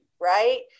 Right